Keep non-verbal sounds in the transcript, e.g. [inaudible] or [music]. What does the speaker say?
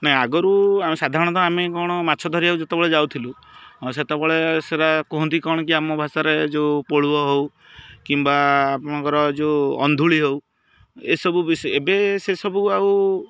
ନାଇଁ ଆଗରୁ [unintelligible] ସାଧାରଣତଃ ଆମେ କ'ଣ ମାଛ ଧରିବାକୁ ଯେତେବେଳେ ଯାଉଥିଲୁ ସେତେବେଳେ ସେରା କୁହନ୍ତି କ'ଣ କି ଆମ ଭାଷାରେ ଯେଉଁ ପୋଳୁଅ ହଉ କିମ୍ବା ଆପଣଙ୍କର ଯେଉଁ ଅନ୍ଧୁଳି ହଉ ଏସବୁ [unintelligible] ଏବେ ସେସବୁ ଆଉ